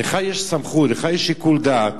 לך יש סמכות, לך יש שיקול דעת